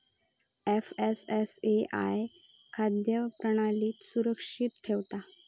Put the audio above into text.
FSSAI खाद्य प्रणालीक सुरक्षित ठेवता